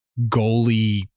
goalie